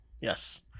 Yes